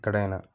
ఎక్కడైనా